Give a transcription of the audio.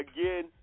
again